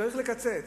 צריך לקצץ,